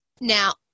Now